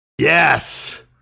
Yes